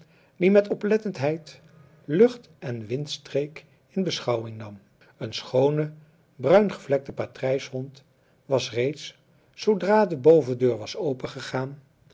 die met oplettendheid lucht en windstreek in beschouwing nam een schoone bruingevlekte patrijshond was reeds zoodra de bovendeur was opengegaan